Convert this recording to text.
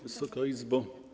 Wysoka Izbo!